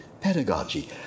pedagogy